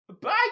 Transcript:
Bye